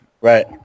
Right